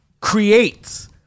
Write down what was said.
creates